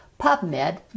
PubMed